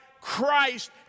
Christ